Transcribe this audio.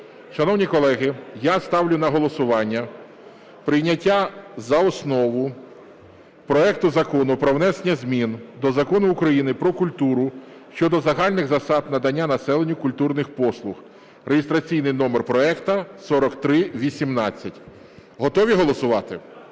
Шановні колеги, я ставлю на голосування прийняття за основу проекту Закону про внесення змін до Закону України "Про культуру" щодо загальних засад надання населенню культурних послуг, реєстраційний номер проекту 4318. Готові голосувати